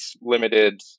limited